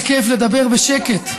איזה כיף לדבר בשקט.